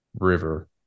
river